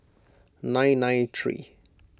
nine nine three